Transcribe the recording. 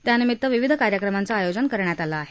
त्यानिमित्त विविध कार्यक्रमांचं आयोजन करण्यात आलं आहे